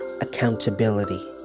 accountability